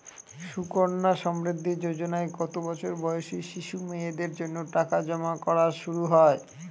সুকন্যা সমৃদ্ধি যোজনায় কত বছর বয়সী শিশু মেয়েদের জন্য টাকা জমা করা শুরু হয়?